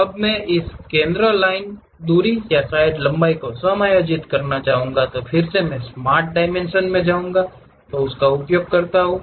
अब मैं इस केंद्र लाइन दूरी या शायद लंबाई को समायोजित करना चाहूंगा फिर स्मार्ट डायमेंशन मैं इसका उपयोग कर सकता हूं